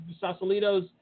Sausalito's